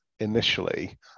Initially